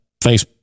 face